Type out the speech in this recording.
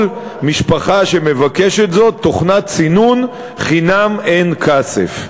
משפחה שמבקשת זאת תוכנת סינון חינם אין כסף.